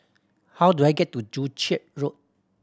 how do I get to Joo Chiat Road